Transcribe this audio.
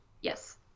Yes